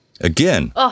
Again